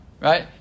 right